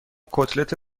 کتلت